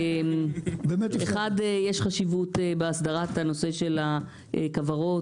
יש חשיבות בהסדרת הנושא של הכוורות,